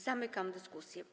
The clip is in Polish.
Zamykam dyskusję.